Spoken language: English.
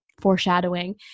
foreshadowing